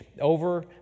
over